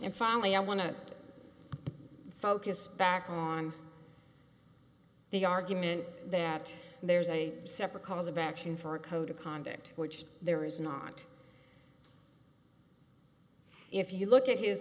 and finally i want to focus back on the argument that there's a separate cause of action for a code of conduct which there is not if you look at his